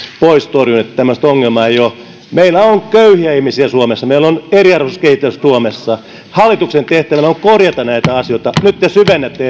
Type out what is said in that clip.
pois torjuen että tämmöistä ongelmaa ei olisi meillä on köyhiä ihmisiä suomessa meillä on eriarvoisuuskehitystä suomessa hallituksen tehtävänä on korjata näitä asioita nyt te syvennätte